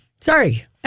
sorry